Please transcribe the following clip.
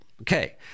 okay